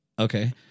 Okay